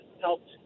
helped